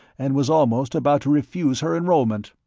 and was almost about to refuse her enrollment!